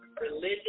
religion